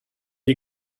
you